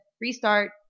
Restart